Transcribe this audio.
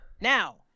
Now